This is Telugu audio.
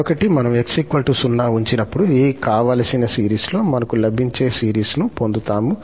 మరొకటి మనము 𝑥 0 ఉంచినప్పుడు ఈ కావలసిన సిరీస్లో మనకు లభించే సిరీస్ను పొందుతాము